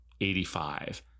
85